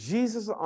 Jesus